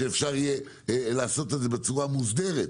שאפשר יהיה לעשות את זה בצורה מוסדרת.